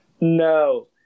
No